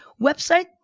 website